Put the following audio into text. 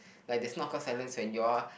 like there's no awkward silence when you all